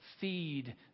feed